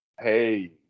Hey